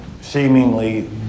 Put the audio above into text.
seemingly